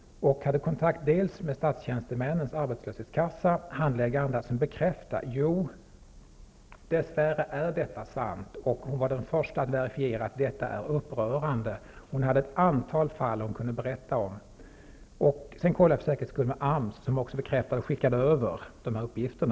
Jag hade först kontakt med handläggaren på tjänstemännens arbetslöshetskassa, som bekräftade att det dess värre var sant. Hon var också den första att verifiera att förhållandet var upprörande. Hon hade ett antal fall att berätta om. Jag kollade sedan för säkerhets skull upp saken med AMS, som bekräftade förhållandet och skickade över uppgifter.